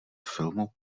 filmu